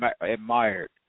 admired